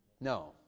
No